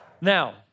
Now